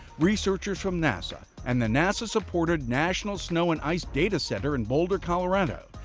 researchers from nasa and the nasa-supported national snow and ice data center in boulder, colo, and